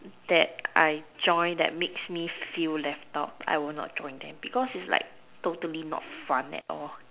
that I join that makes me feel left out I will not join them because it's like totally not fun at all